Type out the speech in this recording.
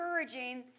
encouraging